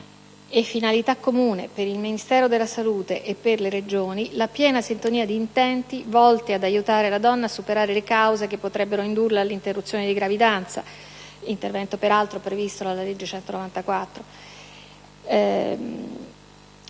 finalità comune per il Ministero della salute e per le Regioni è la piena sintonia dì intenti volti ad aiutare la donna a superare le cause che potrebbero indurla all'interruzione di gravidanza (intervento peraltro previsto dalla legge n.